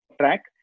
track